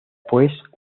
pues